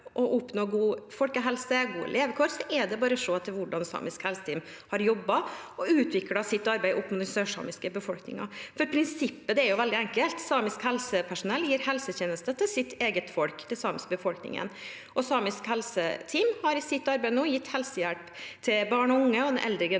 og oppnå god folkehelse og gode levekår, er det bare å se til hvordan samisk helseteam har jobbet og utviklet sitt arbeid opp mot den sørsamiske befolkningen. Prinsippet er veldig enkelt: Samisk helsepersonell gir helsetjenester til sitt eget folk, til den samiske befolkningen. Samisk helseteam har i sitt arbeid gitt helsehjelp til barn og unge og den eldre generasjonen,